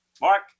Mark